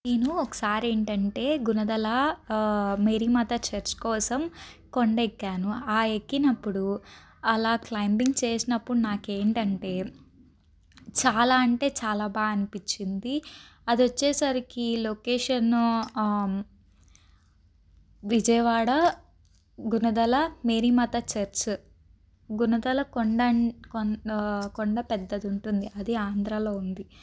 నేను ఒకసారి ఏంటంటే గుణదల మేరీ మాత చర్చ్ కోసం కొండ ఎక్కాను ఆ ఎక్కినప్పుడు అలా క్లైమ్బింగ్ చేసినప్పుడు నాకు ఏంటంటే చాలా అంటే చాలా బాగా అనిపించింది అది వచ్చేసరికి location Vijayawada Gunadala Mary Mata church Gunadala కొండ కొండ పెద్దది ఉంటుంది అది ఆంధ్రాలో ఉంది